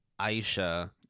Aisha